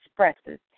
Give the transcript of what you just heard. expresses